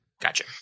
Gotcha